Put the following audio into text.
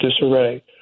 disarray